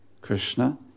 Krishna